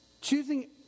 Choosing